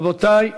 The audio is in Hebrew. רבותי,